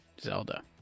Zelda